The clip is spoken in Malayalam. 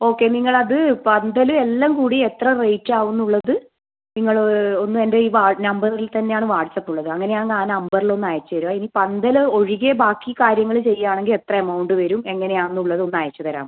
ഓക്കെ നിങ്ങളത് പന്തൽ എല്ലാം കൂടി എത്ര റേറ്റ് ആവുന്നുള്ളത് നിങ്ങൾ ഒന്ന് എൻ്റെ ഈ നമ്പറിൽ തന്നെ ആണ് വാട്ട്സ്ആപ്പ് ഉള്ളത് അങ്ങനെ ആണെങ്കിൽ ആ നമ്പറിൽ ഒന്ന് അയച്ചുതരിക ഇനി പന്തൽ ഒഴികെ ബാക്കി കാര്യങ്ങൾ ചെയ്യുകയാണെങ്കിൽ എത്ര എമൗണ്ട് വരും എങ്ങനെയാണെന്നുള്ളത് ഒന്ന് അയച്ച് തരാമോ